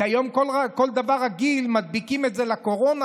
כי היום כל דבר רגיל מדביקים לקורונה,